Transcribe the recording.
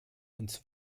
uns